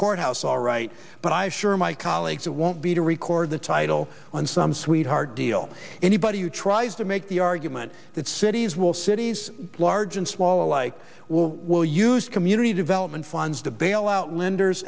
courthouse all right but i assure my colleagues it won't be to record the title on some sweetheart deal anybody who tries to make the argument that cities will cities large and small alike will use community development funds to bail out lenders